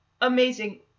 amazing